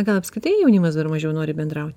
gal apskritai jaunimas dar mažiau nori bendraut